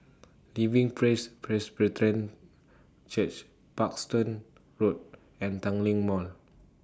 Living Praise Presbyterian Church Parkstone Road and Tanglin Mall